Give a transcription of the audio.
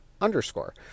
underscore